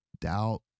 doubt